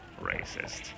racist